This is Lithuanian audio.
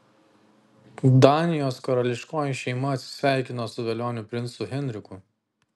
danijos karališkoji šeima atsisveikino su velioniu princu henriku